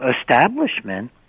establishment